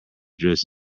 drifts